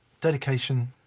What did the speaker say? dedication